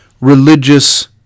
religious